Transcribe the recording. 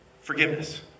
forgiveness